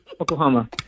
Oklahoma